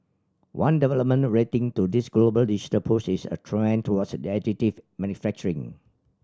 one development relating to this global digital push is a trend towards additive manufacturing